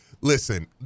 Listen